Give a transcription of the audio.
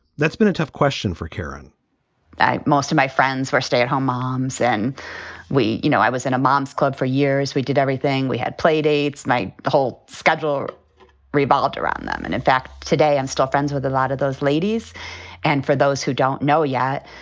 that's been a tough question for karen most of my friends stay at home moms and we you know i was in a moms club for years. we did everything. we had playdates. my whole schedule revolved around them. and in fact, today i'm still friends with a lot of those ladies and for those who don't know yet.